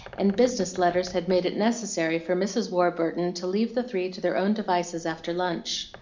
and business letters had made it necessary for mrs. warburton to leave the three to their own devices after lunch.